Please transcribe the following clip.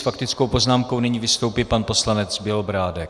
S faktickou poznámkou nyní vystoupí pan poslanec Bělobrádek.